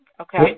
okay